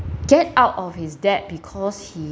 get out of his debt because he